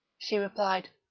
she replied.